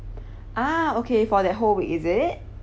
ah okay for that whole week is it